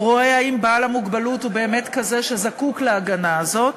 הוא רואה אם בעל המוגבלות הוא באמת כזה שזקוק להגנה הזאת.